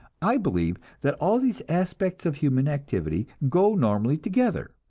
i believe that all these aspects of human activity go normally together,